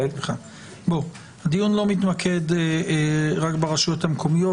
הדיון לא מתמקד רק ברשויות המקומיות.